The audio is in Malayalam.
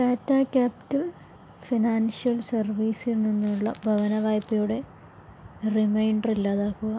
ടാറ്റാ ക്യാപിറ്റൽ ഫിനാൻഷ്യൽ സർവീസിൽ നിന്നുള്ള ഭവന വായ്പയുടെ റിമൈൻഡർ ഇല്ലാതാക്കുക